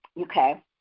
okay